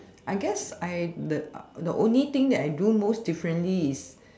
I guess I the the only thing that I do most differently is